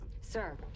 Sir